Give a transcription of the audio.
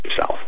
south